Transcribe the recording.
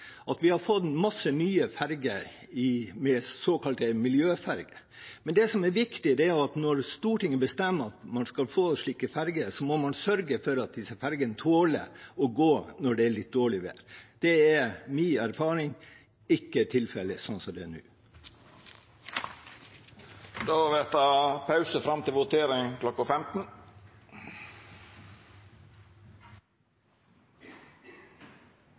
at vi har fått mange nye ferger, såkalte miljøferger. Men det som er viktig, er at når Stortinget bestemmer at man skal få slike ferger, må man sørge for at disse fergene tåler å gå når det er litt dårlig vær. Det er etter min erfaring ikke tilfellet, sånn som det er nå. Då vert det pause fram til voteringa kl. 15.